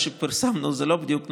מה שפרסמנו זה לא בדיוק נכון,